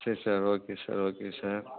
சரி sir okay sir okay sir